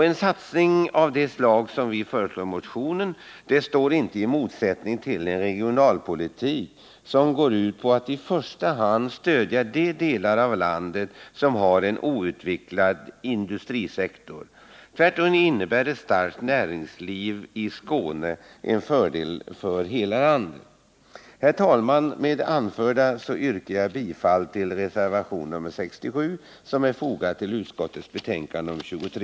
En satsning av detta slag står inte i motsättning till en regionalpolitik som går ut på att i första hand stödja de delar av landet som har en outvecklad industrisektor. Tvärtom innebär ett starkt näringsliv i Skåne en fördel för hela landet. Herr talman! Med det anförda yrkar jag bifall till reservationen 67, som är fogad till arbetsmarknadsutskottets betänkande nr 23.